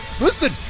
listen